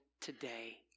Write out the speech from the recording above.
today